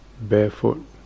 barefoot